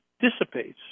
dissipates